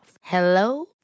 Hello